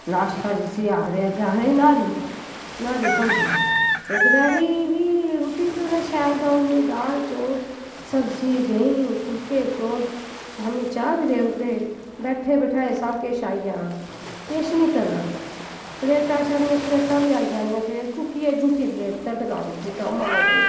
नाश्ता जिसी आखदे अग्गें आखदे न्हारी न्हारी थ्होंदी ही ते दपैह्रीं बी रुट्टी बी उ'नें शैल देउनी दाल चौल सब्ज़ी देहीं फुल्के चौल शामीं चाह् बी देउदे हे बैठे बठाए सब किश आई जाना किश निं करना प्लेटां छड़ियां प्लेटां बी आई जानियां उत्थें चुक्किये जूठी पलेट उत्थें टकाई उड़नी जित्थें ओह् मांझदे हे